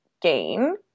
gain